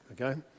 okay